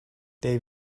they